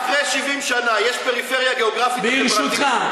אם אחרי 70 שנה יש פריפריה גיאוגרפית וחברתית,